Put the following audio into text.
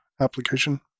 application